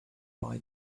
buy